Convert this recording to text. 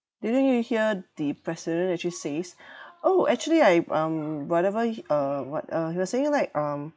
didn't you hear the president actually says oh actually I um whatever uh what uh he was saying like um